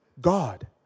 God